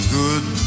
good